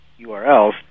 URLs